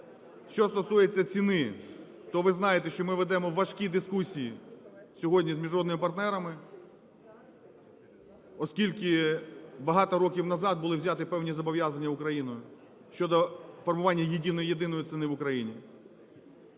Що стосується ціни, то ви знаєте, що ми ведемо важкі дискусії сьогодні з міжнародними партнерами, оскільки багато років назад були взяті певні зобов'язання Україною щодо формування єдиної ціни в Україні,